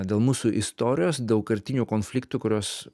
dėl mūsų istorijos daugkartinių konfliktų kuriuos